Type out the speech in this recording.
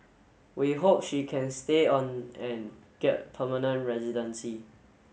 we hope she can stay on and get permanent residency